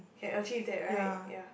can achieve that right ya